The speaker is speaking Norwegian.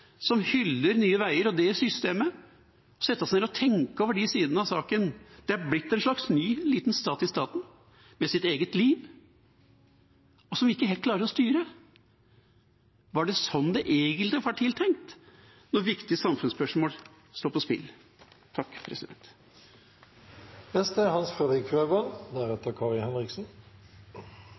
som hyller Nye Veier og det systemet, sette seg ned og tenke over. Det er blitt en slags ny liten stat i staten, med sitt eget liv, og som vi ikke helt klarer å styre. Var det sånn det egentlig var tenkt når viktige samfunnsspørsmål står på spill?